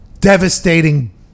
devastating